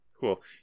Cool